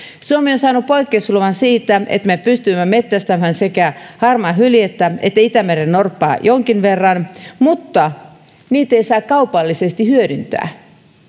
suomi on saanut poikkeusluvan siitä että me pystymme metsästämään sekä harmaahyljettä että itämerennorppaa jonkin verran mutta niitä ei saa kaupallisesti hyödyntää